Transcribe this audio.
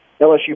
LSU